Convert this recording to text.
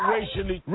Racially